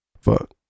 Fuck